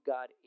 God